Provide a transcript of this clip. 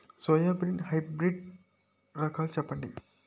Soybean hybrid రకాలను చెప్పండి?